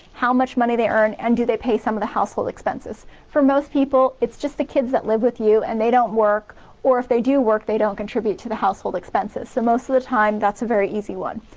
how much money they earn, and do they pay some of the household expenses. for most people, it's just the kids that live with you and they don't work or if they do work, they don't contribute to the household expenses, so most of the time that's a very easy one.